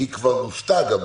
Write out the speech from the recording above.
כי היא גם נוסתה בעבר,